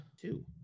two